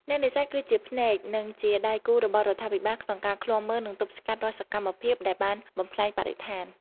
អ្នកនេសាទគឺជាភ្នែក និងជាដៃគូរបស់រដ្ឋាភិបាលក្នុងការឃ្លាំមើល និងទប់ស្កាត់រាល់សកម្មភាពដែលបានបំផ្លាញបរិស្ថាន។